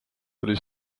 tuli